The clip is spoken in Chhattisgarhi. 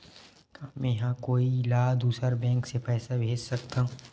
का मेंहा कोई ला दूसर बैंक से पैसा भेज सकथव?